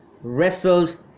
wrestled